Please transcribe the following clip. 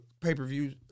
pay-per-view